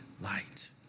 light